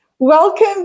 Welcome